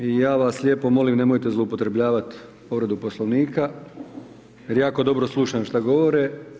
I ja vas lijepo molim nemojte zloupotrebljavati povredu Poslovnika, jer jako dobro slušam šta govore.